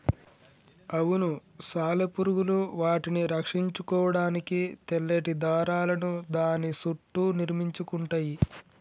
అవును సాలెపురుగులు వాటిని రక్షించుకోడానికి తెల్లటి దారాలను దాని సుట్టూ నిర్మించుకుంటయ్యి